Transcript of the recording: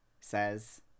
says